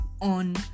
on